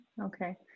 Okay